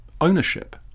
ownership